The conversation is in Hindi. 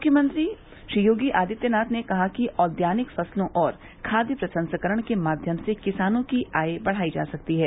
मुख्यमंत्री योगी आदित्यनाथ ने कहा है कि औद्यानिक फसलों और खाद्य प्रसंस्करण के माध्यम से किसानों की आय बढ़ाई जा सकती है